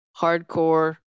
hardcore